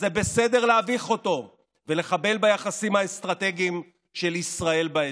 אז זה בסדר להביך אותו ולחבל ביחסים האסטרטגיים של ישראל באזור.